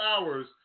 hours